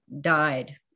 died